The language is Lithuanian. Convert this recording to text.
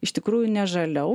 iš tikrųjų ne žaliau